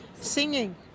Singing